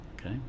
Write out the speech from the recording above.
Okay